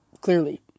clearly